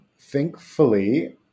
thankfully